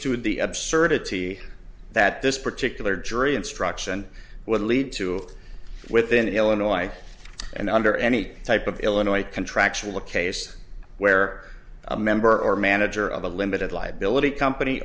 to the absurdity that this particular jury instruction would lead to within illinois and under any type of illinois contractual case where a member or manager of a limited